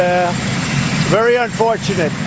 um very unfortunate,